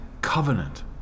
covenant